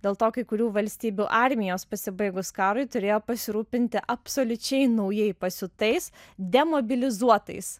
dėl to kai kurių valstybių armijos pasibaigus karui turėjo pasirūpinti absoliučiai naujai pasiūtais demobilizuotais